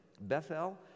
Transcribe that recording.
Bethel